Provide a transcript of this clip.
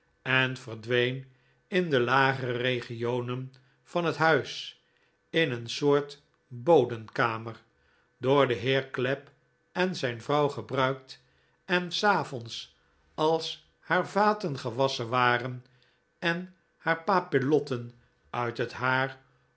en verdween in de lagere regionen van het huis in een soort bodenkamer door den heer clapp en zijn vrouw gebruikt en s avonds als haar vaten gewasschen waren en haar papillotten uit het haar